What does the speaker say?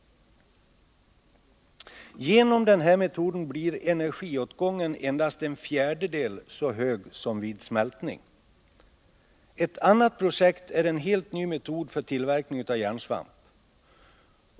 Genom den här metoden blir energiåtgången endast en fjärdedel så hög som vid smältning. Ett annat projekt är en helt ny metod för tillverkning av järnsvamp.